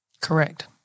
Correct